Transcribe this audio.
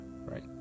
right